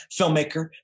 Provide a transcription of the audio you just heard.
filmmaker